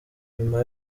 nyuma